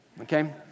okay